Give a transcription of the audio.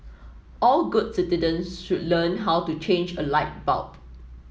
all good citizens should learn how to change a light bulb